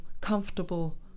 comfortable